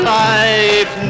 life